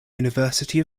university